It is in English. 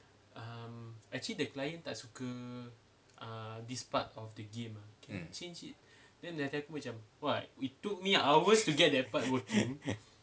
mm